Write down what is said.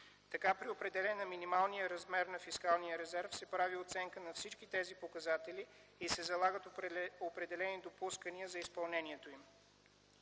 Така при определяне минималния размер на фискалния резерв се прави оценка на всички тези показатели и се залагат определени допускания за изпълнението им.